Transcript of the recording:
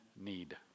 need